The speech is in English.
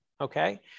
okay